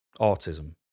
autism